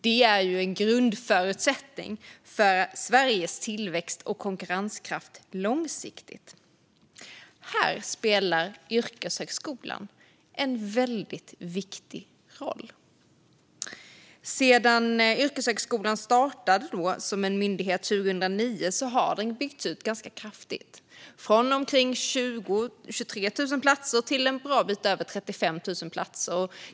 Det är en grundförutsättning för Sveriges tillväxt och konkurrenskraft långsiktigt. Här spelar yrkeshögskolan en väldigt viktig roll. Sedan Myndigheten för yrkeshögskolan startade som en myndighet 2009 har den byggts ut granska kraftigt, från omkring 23 000 platser till en bra bit över 35 000 platser.